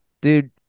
Dude